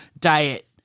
diet